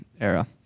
era